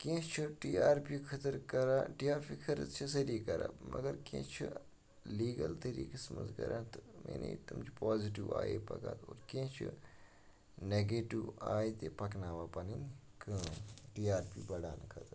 کینٛہہ چھِ T R P خٲطرٕ کَران ٹی آر پی خٲطرٕ چھِ سٲری کَران مگر کینٛہہ چھِ لیٖگَل طریٖقَس منٛز کَران تہٕ یعنے تِم چھِ پازِٹِو آیے پَکان اور کینٛہہ چھِ نٮ۪گیٹِو آے تہِ پَکناوان پَنٕنۍ کٲم ٹی آر پی بَڑاونہٕ خٲطرٕ